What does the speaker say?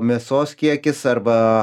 mėsos kiekis arba